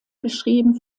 geschrieben